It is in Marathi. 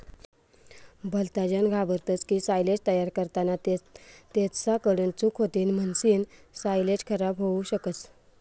भलताजन घाबरतस की सायलेज तयार करताना तेसना कडून चूक होतीन म्हणीसन सायलेज खराब होवू शकस